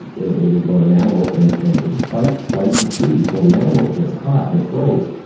it was about an antelope and and there's fight, flight, and freeze. well, the antelope gets caught and it froze.